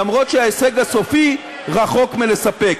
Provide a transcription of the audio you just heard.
למרות שההישג הסופי רחוק מלספק.